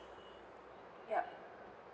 yeah